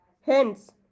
Hence